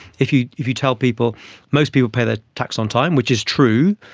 if you if you tell people most people pay their tax on time, which is true,